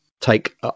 take